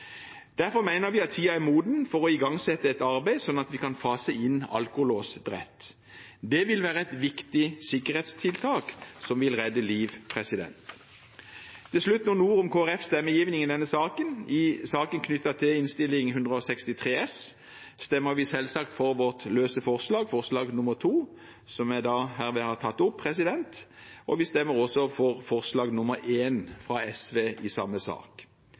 Derfor mener vi at tiden er moden for å igangsette et arbeid sånn at vi kan fase inn alkolås bredt. Det vil være et viktig sikkerhetstiltak, som vil redde liv. Til slutt noen ord om Kristelig Folkepartis stemmegivning i denne saken. I saken knyttet til Innst. 163 S for 2017–2018, stemmer vi selvsagt for vårt løse forslag, forslag nr. 2, som jeg har tatt opp, og vi stemmer også for forslag nr. 1, fra SV, i samme sak.